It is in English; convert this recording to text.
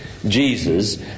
Jesus